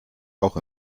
auch